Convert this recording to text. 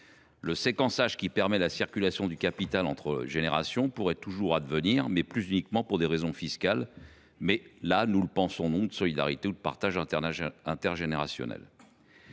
Le séquençage qui permet la circulation du capital entre générations pourrait toujours advenir, non plus uniquement pour des raisons fiscales, mais pour des raisons de solidarité ou de partage intergénérationnel.